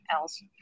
else